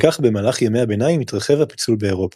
ובכך במהלך ימי הביניים התרחב הפיצול באירופה.